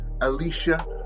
Alicia